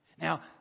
Now